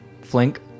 Flink